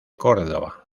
córdoba